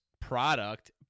product